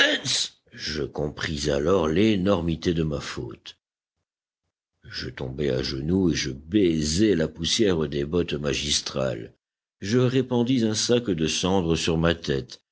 je compris alors l'énormité de ma faute je tombai à genoux et je baisai la poussière des bottes magistrales je répandis un sac de cendre sur ma tête